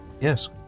Yes